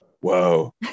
whoa